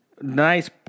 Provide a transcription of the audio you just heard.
Nice